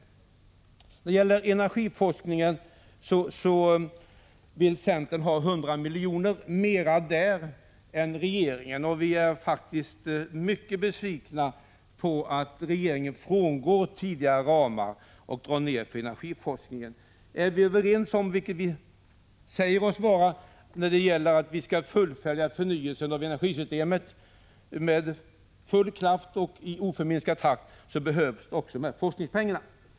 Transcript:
När det gäller energiforskningen vill centern anslå 100 milj.kr. mer än regeringen. Vi är faktiskt mycket besvikna över att regeringen frångår tidigare ramar och drar ned på energiforskningen. Om vi är överens om — vilket vi säger oss vara — om att vi skall fullfölja förnyelsen av energisystemet med full kraft och i oförminskad takt krävs också dessa forskningspengar.